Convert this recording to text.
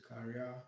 career